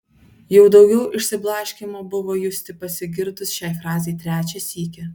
jau daugiau išsiblaškymo buvo justi pasigirdus šiai frazei trečią sykį